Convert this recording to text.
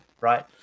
right